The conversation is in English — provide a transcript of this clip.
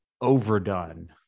overdone